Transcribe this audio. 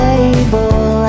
table